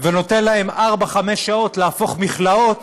ונותן להם ארבע-חמש שעות להפוך מכלאות